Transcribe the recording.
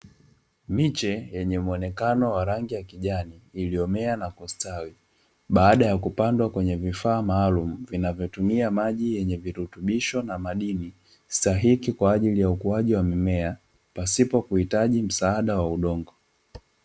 Miche yenye mwonekano wa rangi ya kijani, iliyomea na kustawi baada ya kupandwa kwenye vifaa maalumu vinavyotumia maji yenye virutubisho na madini stahiki, kwa ajili ya ukuaji wa mimea pasipo kuhitaji msaada wa udongo.